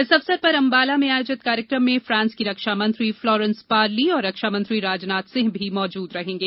इस अवसर पर अंबाला में आयोजित कार्यक्रम में फ्रांस की रक्षा मंत्री फ्लोरेंस पारली और रक्षा मंत्री राजनाथ सिंह भी मौजूद रहेंगे